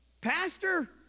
Pastor